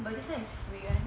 but this [one] is free eh